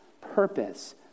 purpose